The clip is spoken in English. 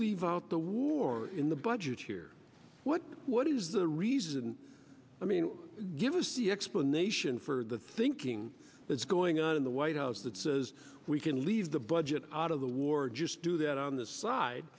leave out the war in the budget here what what is the reason i mean give us the explanation for the thinking that's going on in the white house that says we can leave the budget out of the war just do that on this side